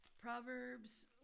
Proverbs